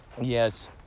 yes